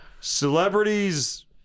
celebrities